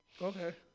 okay